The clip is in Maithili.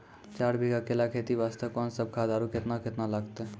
चार बीघा केला खेती वास्ते कोंन सब खाद आरु केतना केतना लगतै?